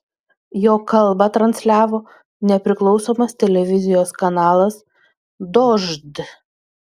jo kalbą transliavo nepriklausomas televizijos kanalas dožd